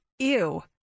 Ew